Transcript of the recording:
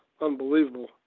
unbelievable